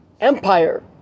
Empire